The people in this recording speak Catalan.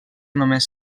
només